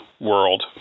world